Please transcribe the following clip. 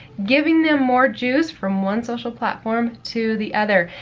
giving them more juice from one social platform to the other.